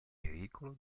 pericolo